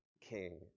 King